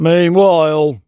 Meanwhile